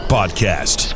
Podcast